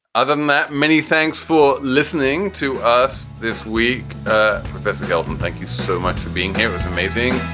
other than that, many thanks for listening to us this week professor gelvin, thank you so much for being here. it's amazing.